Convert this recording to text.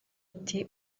ati